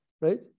right